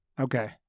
Okay